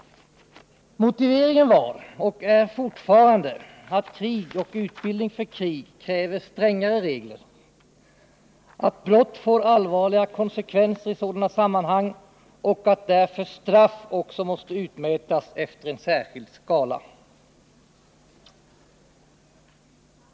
Motiveringen var, och är fortfarande, att krig och utbildning för krig kräver strängare regler, att brott får allvarligare konsekvenser i sådana sammanhang och att därför straff också måste utmätas efter en särskild skala.